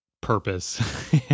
purpose